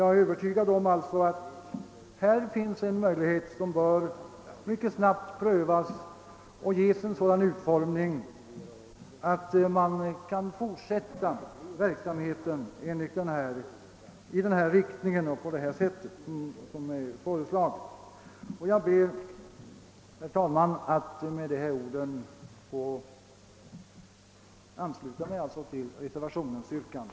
Jag är övertygad om att det här finns en möjlighet som mycket snabbt bör prövas. Herr talman! Med det anförda ber jag att få ansluta mig till reservationen 1.